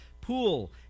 Pool